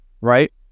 right